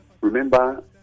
remember